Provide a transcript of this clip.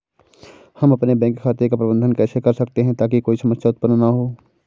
हम अपने बैंक खाते का प्रबंधन कैसे कर सकते हैं ताकि कोई समस्या उत्पन्न न हो?